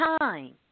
time